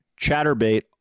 Chatterbait